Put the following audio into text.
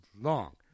long